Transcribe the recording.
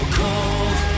cold